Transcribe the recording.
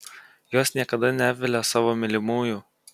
jos niekada neapvilia savo mylimųjų